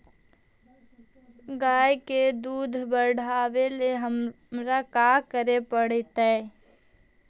गाय के दुध बढ़ावेला हमरा का करे पड़तई?